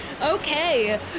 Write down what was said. Okay